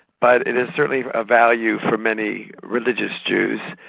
but it is certainly a value for many religious jews.